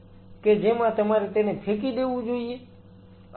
કે જેમાં તમારે તેને ફેંકી દેવું જોઈએ